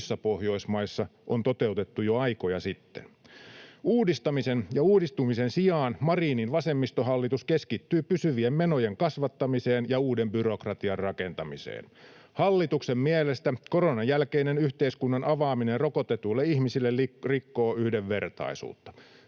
muissa Pohjoismaissa on toteutettu jo aikoja sitten. Uudistamisen ja uudistumisen sijaan Marinin vasemmistohallitus keskittyy pysyvien menojen kasvattamiseen ja uuden byrokratian rakentamiseen. Hallituksen mielestä koronan jälkeinen yhteiskunnan avaaminen rokotetuille ihmisille rikkoo yhdenvertaisuutta.